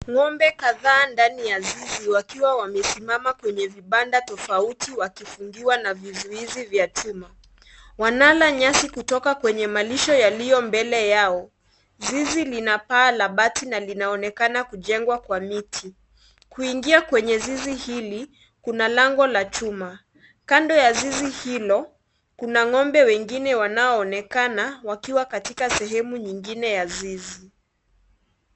Ngombe kadhaa ndani ya zizi wakiwa wamesimama kwenye vibanda tofauti wakifungiwa na vizuizi vya chuma, wanala nyasi kutoka kwenye malishobyaliyo mbele yao, zizi lina paa la bati na linaonekana kujengwa kwa miti, kuingia kwenye zizi hili kuna lango la chuma, kando ya zizi hilo kuna ngombe wengine wanao onekana wakiwa sehemu nyingine ya zizi.